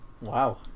Wow